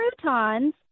croutons